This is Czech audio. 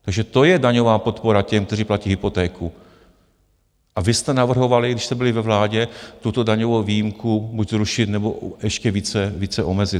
Takže to je daňová podpora těm, kteří platí hypotéku, a vy jste navrhovali, když jste byli ve vládě, tuto daňovou výjimku buď zrušit, nebo ještě více omezit.